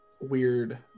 weird